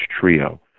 trio